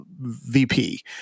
VP